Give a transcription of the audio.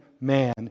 man